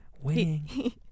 Winning